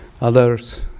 Others